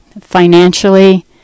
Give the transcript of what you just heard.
Financially